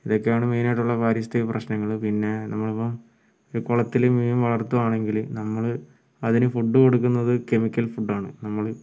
ഇതൊക്കെയാണ് മെയിനായിട്ടുള്ള പാരിസ്ഥിതിക പ്രശ്നങ്ങൾ പിന്നെ നമ്മളിപ്പോൾ ഒരു കുളത്തിൽ മീൻ വളർത്തുകയാണെങ്കിൽ നമ്മൾ അതിന് ഫുഡ് കൊടുക്കുന്നത് കെമിക്കൽ ഫുഡാണ് നമ്മൾ